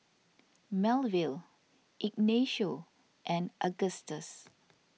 Melville Ignacio and Augustus